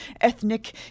ethnic